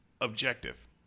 objective